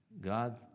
God